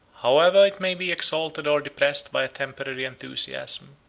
however it may be exalted or depressed by a temporary enthusiasm,